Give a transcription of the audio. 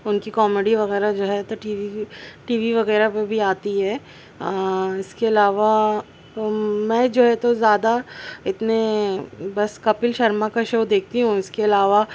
ان کی کامیڈی وغیرہ جو ہے تو ٹی وی ٹی وی وغیرہ پہ بھی آتی ہے اس کے علاوہ میں جو ہے تو زیادہ اتنے بس کپل شرما کا شو دیکھتی ہوں اس کے علاوہ